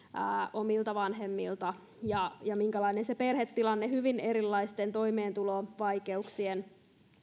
omilta vanhemmilta ja ja minkälainen se perhetilanne hyvin erilaisten toimeentulovaikeuksien